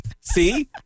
see